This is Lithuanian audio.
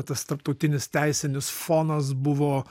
tas tarptautinis teisinis fonas buvo